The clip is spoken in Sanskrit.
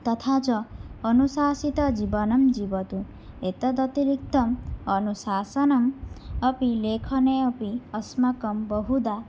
तथा च अनुशासितं जीवनं जीवतु एतद् अतिरिक्तम् अनुशासनम् अपि लेखने अपि अस्माकं बहुधा